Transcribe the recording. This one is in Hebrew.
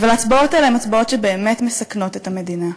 אבל ההצבעות האלה הן הצבעות שבאמת מסכנות את המדינה,